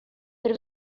per